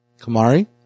Kamari